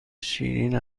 شیرین